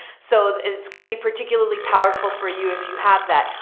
so it's going to be particularly powerful for you if you have that,